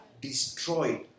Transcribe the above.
destroyed